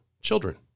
children